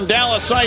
Dallas